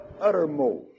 uttermost